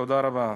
תודה רבה.